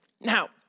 Now